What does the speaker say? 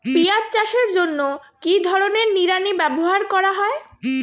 পিঁয়াজ চাষের জন্য কি ধরনের নিড়ানি ব্যবহার করা হয়?